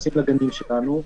הפנייה שלנו היא כזו: